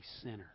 sinner